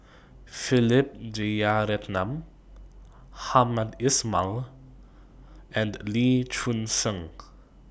Philip Jeyaretnam Hamed Ismail and Lee Choon Seng